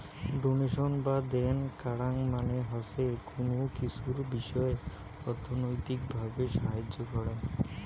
donation বা দেন করাং মানে হসে কুনো কিছুর বিষয় অর্থনৈতিক ভাবে সাহায্য করাং